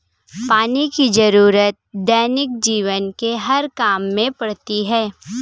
पानी की जरुरत दैनिक जीवन के हर काम में पड़ती है